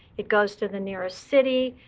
it goes to the nearest city.